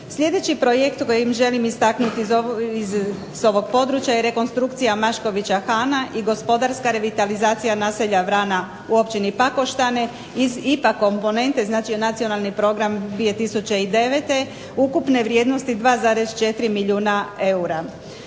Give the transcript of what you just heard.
Sljedeći projekt kojim želim istaknuti s ovog područja je rekonstrukcija Maškovića Hana i gospodarska revitalizacija naselja Vrana u općini Pakoštane iz IPA komponente, znači nacionalni program 2009. ukupne vrijednosti 2,4 milijuna eura.